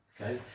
okay